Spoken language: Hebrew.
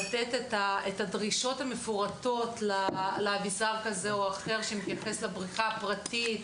צריך לתת דרישות מפורטות לאביזר כזה או אחר שמתייחס לבריכה פרטית,